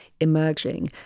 emerging